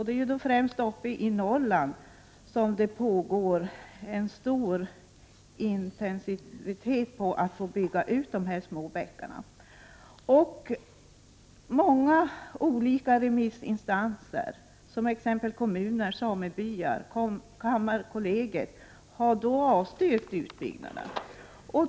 Det är främst i Norrland som det pågår en intensiv verksamhet för att få bygga ut de små bäckarna. Många olika remissinstanser, som kommuner, samebyar och kammarkollegiet, har avstyrkt utbyggnader.